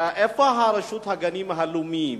איפה רשות הגנים הלאומיים?